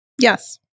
Yes